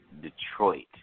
Detroit